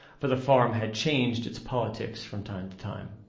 for the farm had changed its politics from time to time.